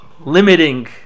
limiting